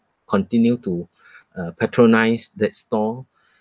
continue to uh patronise that stall